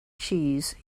cheese